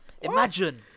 Imagine